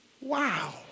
Wow